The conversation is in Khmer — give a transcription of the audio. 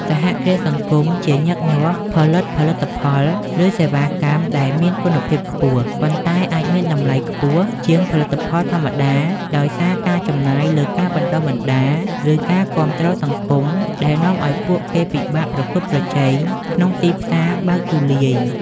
សហគ្រាសសង្គមជាញឹកញាប់ផលិតផលិតផល ឬសេវាកម្មដែលមានគុណភាពខ្ពស់ ប៉ុន្តែអាចមានតម្លៃខ្ពស់ជាងផលិតផលធម្មតាដោយសារការចំណាយលើការបណ្តុះបណ្តាល ឬការគាំទ្រសង្គមដែលនាំឲ្យពួកគេពិបាកប្រកួតប្រជែង ក្នុងទីផ្សារបើកទូលាយ។